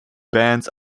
bands